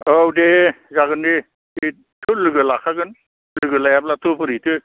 औ दे जागोन दे बेथ' लोगो लाखागोन लोगो लायाब्लाथ' बोरैथो